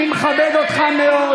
אני מכבד אותך מאוד.